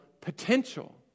potential